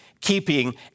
keeping